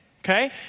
okay